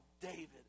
David